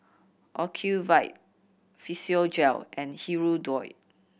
Ocuvite Physiogel and Hirudoid